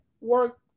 work